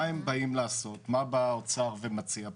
מה בא באוצר ומציע פה?